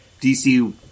DC